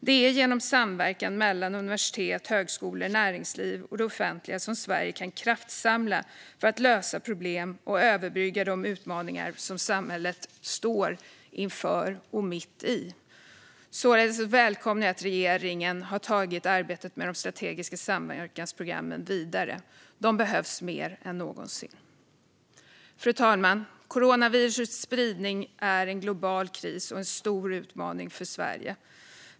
Det är genom samverkan mellan universitet och högskolor, näringsliv och det offentliga som Sverige kan kraftsamla för att lösa problem och överbrygga de utmaningar som samhället står inför och mitt i. Således välkomnar jag att regeringen har tagit arbetet med de strategiska samverkansprogrammen vidare. De behövs mer än någonsin. Fru talman! Coronavirusets spridning är en global kris och en stor utmaning för Sverige.